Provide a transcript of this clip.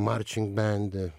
marching band